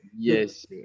Yes